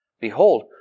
Behold